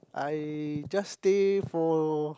I just stay for